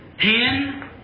ten